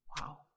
Wow